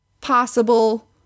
possible